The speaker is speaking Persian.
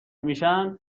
میشن